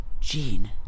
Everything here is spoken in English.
Jean